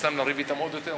הרווחה והבריאות.